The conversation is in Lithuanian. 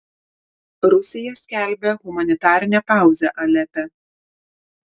rusija skelbia humanitarinę pauzę alepe